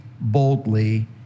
boldly